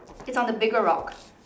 it's on the bigger rock